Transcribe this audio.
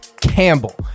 Campbell